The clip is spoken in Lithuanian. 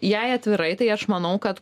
jei atvirai tai aš manau kad